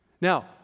Now